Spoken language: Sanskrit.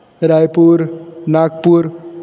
राय्पूर् नाग्पूर्